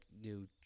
new